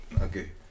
okay